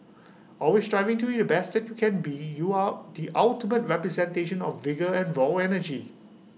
always striving to be the best that you can be you are the ultimate representation of vigour and raw energy